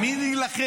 עם מי להילחם?